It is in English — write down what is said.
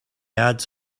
ads